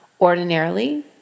Ordinarily